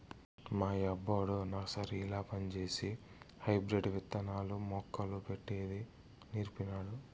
మా యబ్బొడు నర్సరీల పంజేసి హైబ్రిడ్ విత్తనాలు, మొక్కలు పెట్టేది నీర్పినాడు